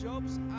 Job's